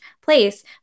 place